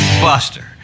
buster